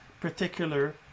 particular